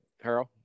Harold